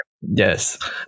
Yes